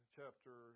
chapter